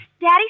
Daddy